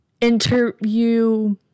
interview